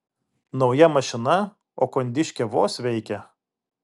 nauja mašina o kondiškė vos veikia